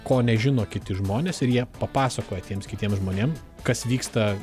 ko nežino kiti žmonės ir jie papasakoja tiems kitiems žmonėm kas vyksta